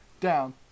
Down